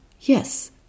yes